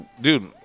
dude